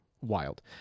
Wild